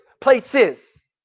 places